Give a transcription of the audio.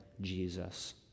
Jesus